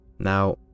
Now